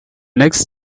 next